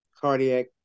cardiac